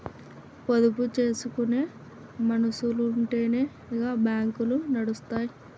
పొదుపు జేసుకునే మనుసులుంటెనే గా బాంకులు నడుస్తయ్